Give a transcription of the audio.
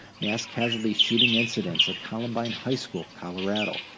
mass casualty shooting incidents at columbine high school colorado,